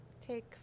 take